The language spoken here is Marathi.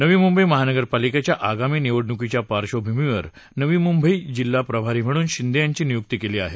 नवी मुंबई महानगरपालिकेच्या आगामी निवडणुकीच्या पार्धभूमीवर नवी मुंबई जिल्हा प्रभारी म्हणून शिंदे यांची नियुक्ती केली आहे